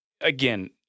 again